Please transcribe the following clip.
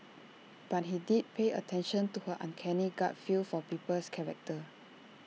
but he did pay attention to her uncanny gut feel for people's characters